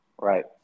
Right